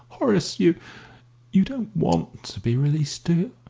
horace, you you don't want to be released, do